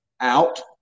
out